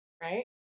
Right